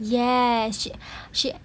yes she she